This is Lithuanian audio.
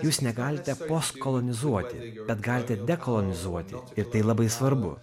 jūs negalite postkolonizuoti bet galite dekolonizuoti ir tai labai svarbu